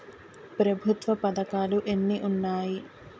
ప్రభుత్వ పథకాలు ఎన్ని ఉన్నాయి?